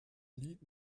lied